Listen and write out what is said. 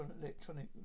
electronic